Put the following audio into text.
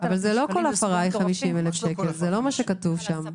אבל זה לא מה שכתוב שם.